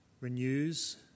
renews